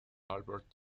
albert